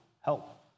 help